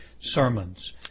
sermons